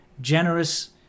generous